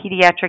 pediatric